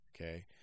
Okay